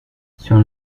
sur